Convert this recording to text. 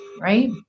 right